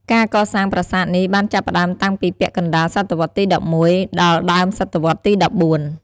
ការកសាងប្រាសាទនេះបានចាប់ផ្ដើមតាំងពីពាក់កណ្ដាល សតវត្សរ៍ទី ១១ ដល់ដើមសតវត្សរ៍ទី ១៤។